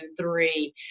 three